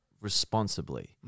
responsibly